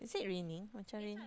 is it raining macam rain